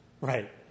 Right